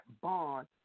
bond